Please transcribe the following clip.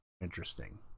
interesting